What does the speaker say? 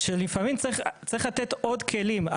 שלפעמים צריך לתת עוד כלים.